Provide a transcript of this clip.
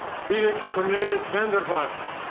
felix cornelius van der vaart.